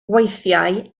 weithiau